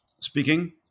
speaking